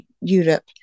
europe